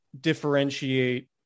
differentiate